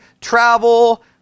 travel